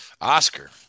Oscar